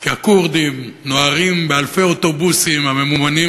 כי הכורדים נוהרים באלפי אוטובוסים הממומנים